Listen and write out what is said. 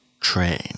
train